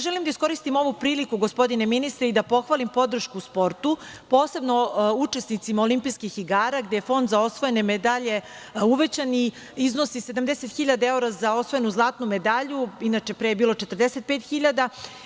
Želim da iskoristim ovu priliku, gospodine ministre, i da pohvalim podršku sportu, posebno učesnicima Olimpijskih igara gde je fond za osvojene medalje uvećan i iznosi 70 hiljada evra za osvojenu zlatnu medalju, a pre je bilo 45 hiljada.